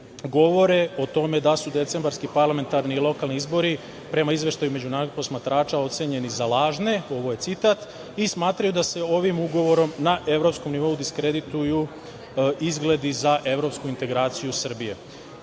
govore o tome da su decembarski parlamentarni i lokalni izbori, prema izveštaju međunarodnih posmatrača, ocenjeni za lažne - ovo je citat, i smatraju da se ovim ugovorom na evropskom nivou diskredituju izgledi za evropsku integraciju Srbije. Na